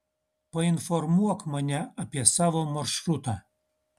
painformuok mane apie savo maršrutą